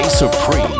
Supreme